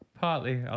Partly